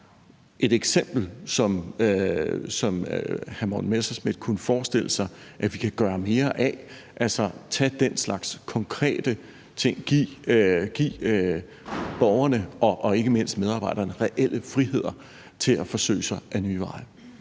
et eksempel, som hr. Morten Messerschmidt kunne forestille sig at vi kan gøre mere af, altså tage den slags konkrete ting og give borgerne og ikke mindst medarbejderne reelle friheder til at forsøge sig ad nye veje.